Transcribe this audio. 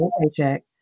paycheck